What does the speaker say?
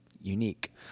Unique